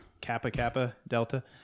Kappa-kappa-delta